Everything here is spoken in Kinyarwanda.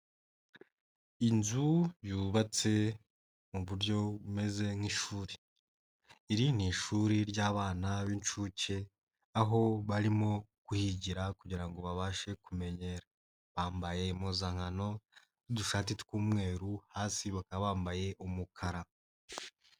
Inzu yubatse mu buryo bumeze nk'ishuri iri ni ishuri ry'abana b'inshuke aho barimo kuhigira kugirango babashe kumenyera bambaye impuzankano n'udusati tw'umweru hasi bakaba bambaye umukara.